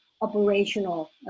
operational